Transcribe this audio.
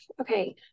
okay